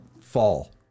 Fall